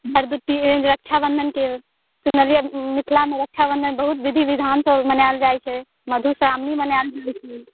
भरद्वितीया रक्षा बंधनके सुनलियै मिथिलामे रक्षा बंधन बहुत विधि विधानसँ मनायल जाइत छै मधुश्रावणी मनायल जाइत छै